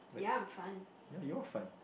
like yeah you are fun